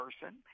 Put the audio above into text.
person